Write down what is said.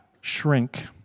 shrink